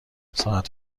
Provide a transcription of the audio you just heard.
ساعت